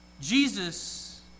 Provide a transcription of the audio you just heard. Jesus